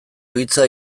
hitza